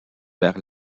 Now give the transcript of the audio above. vers